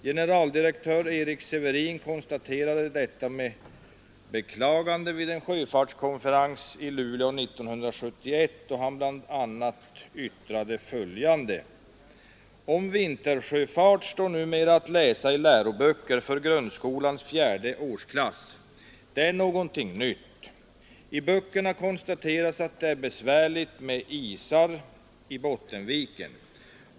Generaldirektör Erik Severin konstaterade detta med beklagande vid en sjöfartskonferens i Luleå 1971, då han bl.a. yttrade följande: ”Om vintersjöfart står numera att läsa i läroböcker för grundskolans fjärde årsklass. Det är någonting nytt. I böckerna konstateras att det är besvärligt med isar i Bottenviken.